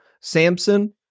samson